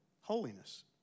Holiness